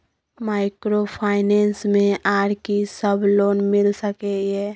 Microfinance मे आर की सब लोन मिल सके ये?